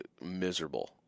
miserable